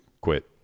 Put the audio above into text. quit